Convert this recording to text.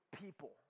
people